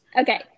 Okay